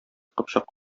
кыпчак